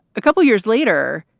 a couple of years later,